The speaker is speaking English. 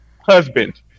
husband